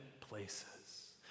places